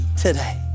today